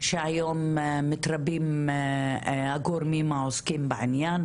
שהיום מתרבים הגורמים העוסקים בעניין,